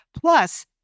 Plus